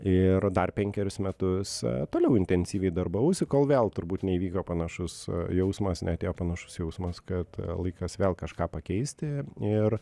ir dar penkerius metus toliau intensyviai darbavausi kol vėl turbūt neįvyko panašus jausmas neatėjo panašus jausmas kad laikas vėl kažką pakeisti ir